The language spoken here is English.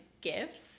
gifts